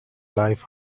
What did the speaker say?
life